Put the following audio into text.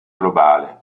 globale